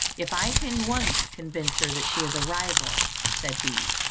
if i can once convince her that she has a rival, said he,